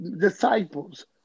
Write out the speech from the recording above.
disciples